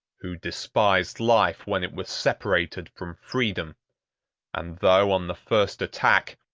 who despised life when it was separated from freedom and though, on the first attack,